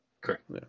Correct